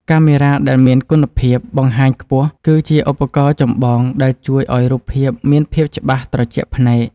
កាមេរ៉ាដែលមានគុណភាពបង្ហាញខ្ពស់គឺជាឧបករណ៍ចម្បងដែលជួយឱ្យរូបភាពមានភាពច្បាស់ត្រជាក់ភ្នែក។